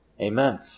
amen